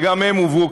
וגם הם הובאו,